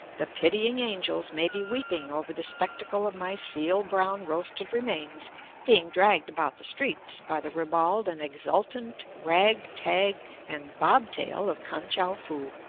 the pitying angels may be weeping over the spectacle of my seal-brown roasted remains being dragged about the streets by the ribald and exultant rag, tag, and bobtail of kan-tchou-foo.